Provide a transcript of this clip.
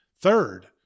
third